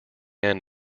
end